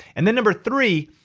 and then number three,